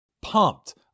pumped